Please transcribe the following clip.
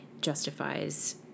justifies